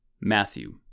Matthew